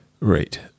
Right